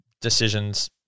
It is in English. decisions